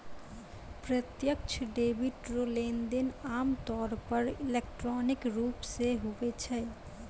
प्रत्यक्ष डेबिट रो लेनदेन आमतौर पर इलेक्ट्रॉनिक रूप से हुवै छै